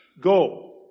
Go